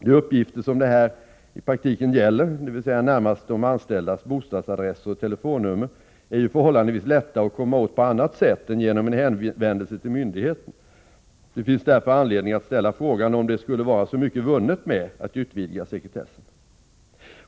De uppgifter som det här i praktiken gäller — dvs. närmast de anställdas bostadsadresser och telefonnummer — är ju förhållandevis lätta att komma åt på annat sätt än genom en hänvändelse till myndigheten. Det finns därför anledning att ställa frågan om det skulle vara så mycket vunnet med att utvidga sekretessen.